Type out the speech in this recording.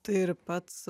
tai ir pats